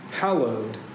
hallowed